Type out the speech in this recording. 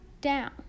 down